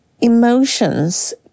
emotions